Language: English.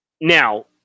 Now